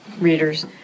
readers